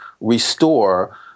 restore